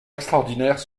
extraordinaires